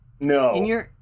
No